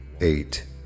eight